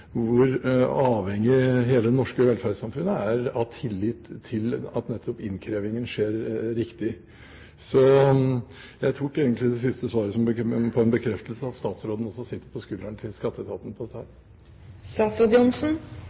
hvor avhengig hele det norske velferdssamfunnet er av tillit til at nettopp innkrevingen skjer riktig. Så jeg tok egentlig det siste svaret som en bekreftelse på at statsråden også sitter på skulderen til Skatteetaten når det gjelder dette. Jeg sitter vel ikke akkurat på